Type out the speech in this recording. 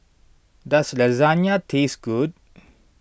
does Lasagna taste good